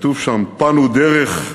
כתוב שם: פנו דרך,